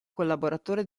collaboratore